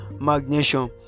Magnesium